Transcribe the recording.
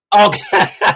Okay